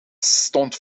stond